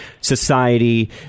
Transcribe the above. society